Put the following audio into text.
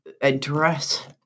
address